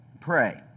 Pray